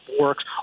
works